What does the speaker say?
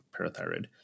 parathyroid